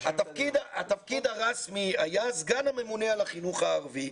התפקיד הרשמי היה סגן הממונה על החינוך הערבי.